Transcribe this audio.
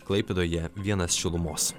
klaipėdoje vienas šilumos